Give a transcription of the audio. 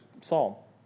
Saul